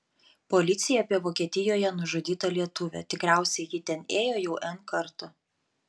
policija apie vokietijoje nužudytą lietuvę tikriausiai ji ten ėjo jau n kartų